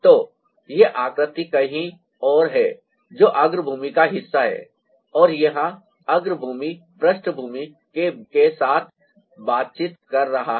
तो यह आकृति कहीं और है जो अग्रभूमि का हिस्सा है और यहाँ अग्रभूमि पृष्ठभूमि के साथ बातचीत कर रहा है